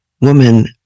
woman